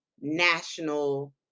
national